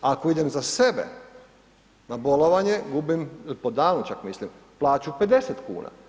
Ako idem za sebe na bolovanje, gubim, po danu čak mislim, plaću 50 kuna.